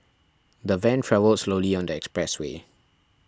the van travelled slowly on the expressway